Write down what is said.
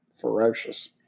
ferocious